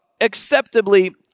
acceptably